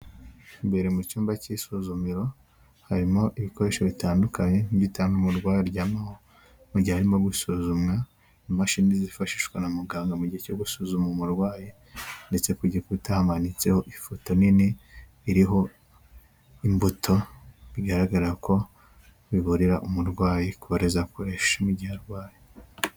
Imbere mu cyumba cy'isuzumiro harimo ibikoresho bitandukanye n'igitanda umurwayi aryamaho mu gihe arimo gusuzumwa, imashini zifashishwa na muganga mu gihe cyo gusuzuma umurwayi, ndetse ku gikuta hamanitseho ifoto nini, iriho imbuto, bigaragara ko biburira umurwayi kuba ari zo akoresha mu gihe arwaye.